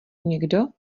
někdo